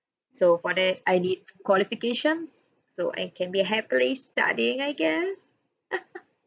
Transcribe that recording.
so for that I need qualifications so I can be happily studying I guess